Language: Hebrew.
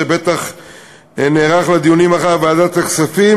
שבטח נערך לדיונים מחר בוועדת הכספים,